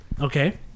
Okay